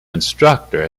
instructor